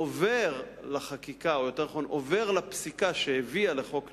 עובר לחקיקה או יותר נכון עובר לפסיקה שהביאה לחוק נהרי,